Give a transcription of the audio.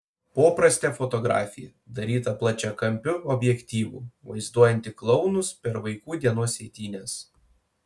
poprastė fotografija daryta plačiakampiu objektyvu vaizduojanti klounus per vaikų dienos eitynes